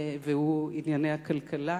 והוא ענייני הכלכלה,